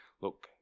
look